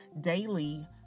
daily